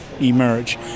emerge